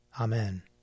Amen